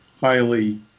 highly